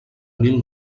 mil